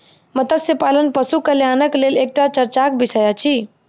मत्स्य पालन पशु कल्याणक लेल एकटा चर्चाक विषय अछि